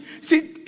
see